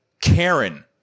Karen